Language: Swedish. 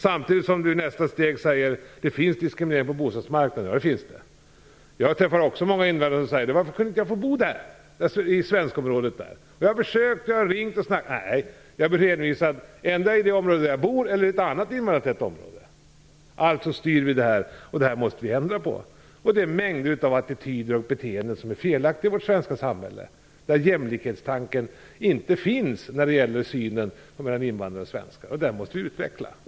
Samtidigt måste vi i nästa steg säga att det finns diskriminering på bostadsmarknaden. Det finns det. Jag har också träffat många invandrare som sagt: Varför kunde inte jag få bo där i svenskområdet? Jag har försökt, och jag har ringt, men jag blir hänvisad endera till det område där jag bor eller till ett annat invandrartätt område. Det här måste vi styra och ändra på. Det finns mängder av attityder och beteenden som är felaktiga i vårt svenska samhälle. Jämlikhetstanken finns inte när det gäller synen på invandrare och svenskar, och den måste vi utveckla.